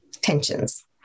tensions